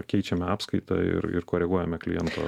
keičiame apskaitą ir ir koreguojame kliento